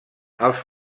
als